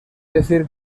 decir